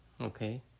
Okay